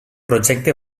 projecte